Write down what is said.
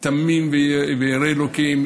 תמים וירא אלוקים,